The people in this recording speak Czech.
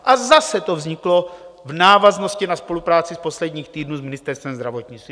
A zase to vzniklo v návaznosti na spolupráci z posledních týdnů s Ministerstvem zdravotnictví.